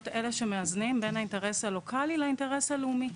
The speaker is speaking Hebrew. אלה שמאזנים בין האינטרס הלוקאלי לאינטרס הלאומי,